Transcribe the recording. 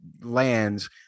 lands